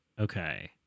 Okay